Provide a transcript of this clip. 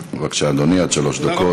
בבקשה, אדוני, עד שלוש דקות.